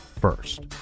first